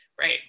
Right